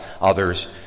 Others